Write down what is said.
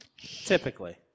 Typically